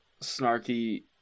snarky